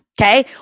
Okay